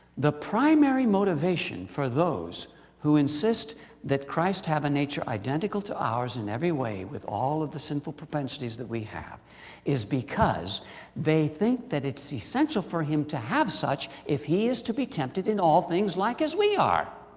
the primary motivation for those who insist that christ have a nature identical to ours in every way with all of the sinful propensities that we have is because they think that it's essential for him to have such, if he is to be tempted in all things like as we are.